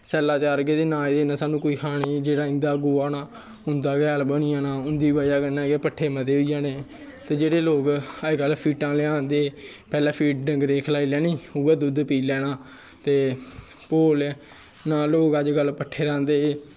सैल्ला चारगे ना ओह्दे कन्नै कोई हानी जेह्ड़ा इं'दा गोहा होना उं'दा गै हैल होई जाना उं'दी ब'जा नै गै पट्ठे मते होई जाने ते जेह्ड़े लोग अज्ज कल्ल फीडां लेआंदे पैह्लें फीट डंगरें गी खलाई लैनी उ'ऐ दुद्ध पी लैना भो नाल ना लोग अज्ज कल्ल पट्ठे लैंदे